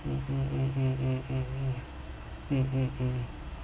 mm mm mm mm mm mm mm mm mm mm